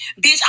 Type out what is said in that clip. Bitch